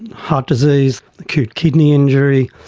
heart disease, acute kidney injury,